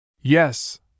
Yes